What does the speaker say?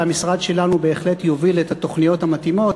והמשרד שלנו בהחלט יוביל את התוכניות המתאימות,